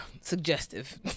suggestive